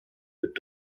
wird